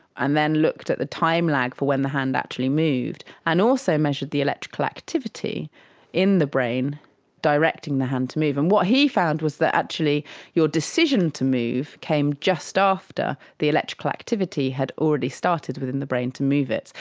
and then looked at the time lag for when the hand actually moved, and also measured the electrical activity in the brain directing the hand to move. and what he found was that actually your decision to move came just ah after the electrical activity had already started within the brain to move it.